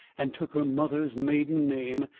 and took her mother's maiden name,